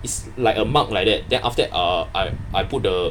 it's like a mark like that then after that ah I I put the